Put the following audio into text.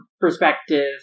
perspective